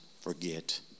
forget